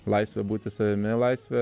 laisvė būti savimi laisvė